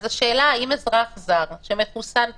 השאלה: אזרח זר שמחוסן פעמיים,